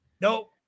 Nope